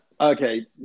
Okay